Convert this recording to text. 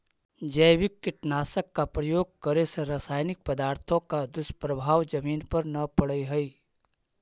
जैविक कीटनाशक का प्रयोग करे से रासायनिक पदार्थों का दुष्प्रभाव जमीन पर न पड़अ हई